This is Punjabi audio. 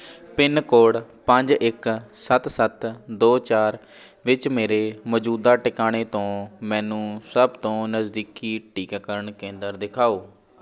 ਪਿੰਨ ਕੋਡ ਪੰਜ ਇੱਕ ਸੱਤ ਸੱਤ ਦੋ ਚਾਰ ਵਿੱਚ ਮੇਰੇ ਮੌਜੂਦਾ ਟਿਕਾਣੇ ਤੋਂ ਮੈਨੂੰ ਸਭ ਤੋਂ ਨਜ਼ਦੀਕੀ ਟੀਕਾਕਰਨ ਕੇਂਦਰ ਦਿਖਾਓ